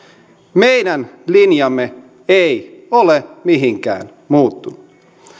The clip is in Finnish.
meidän linjamme ei ole mihinkään muuttunut